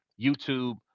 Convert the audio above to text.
YouTube